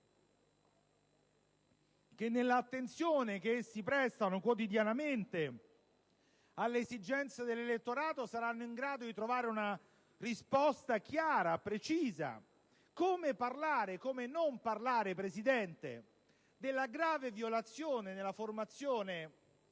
che nell'attenzione che essi prestano quotidianamente alle esigenze dell'elettorato saranno in grado di trovare una risposta chiara, precisa. Come non parlare, poi, signora Presidente, della grave violazione dei criteri